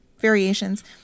variations